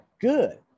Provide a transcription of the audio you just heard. good